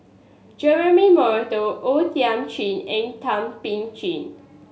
Jeremy Monteiro O Thiam Chin and Thum Ping Tjin